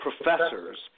professors